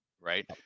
right